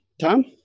Tom